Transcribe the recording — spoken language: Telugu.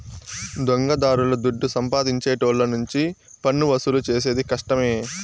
దొంగదారుల దుడ్డు సంపాదించేటోళ్ళ నుంచి పన్నువసూలు చేసేది కష్టమే